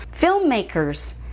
filmmakers